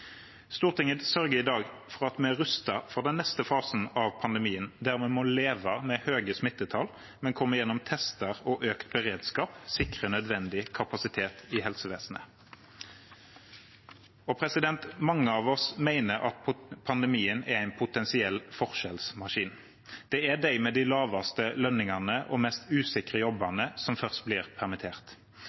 Stortinget sørger i dag for at vi er rustet for den neste fasen av pandemien, der vi må leve med høye smittetall, men der vi gjennom tester og økt beredskap sikrer nødvendig kapasitet i helsevesenet. Mange av oss mener at pandemien er en potensiell forskjellsmaskin. Det er de med de laveste lønningene og mest usikre jobbene som først blir permittert.